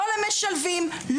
לא למשלבים,